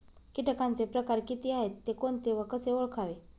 किटकांचे प्रकार किती आहेत, ते कोणते व कसे ओळखावे?